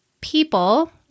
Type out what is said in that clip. people